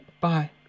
Bye